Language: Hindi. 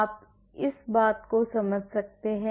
आप इस बात को समझ सकते हो